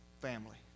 family